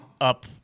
up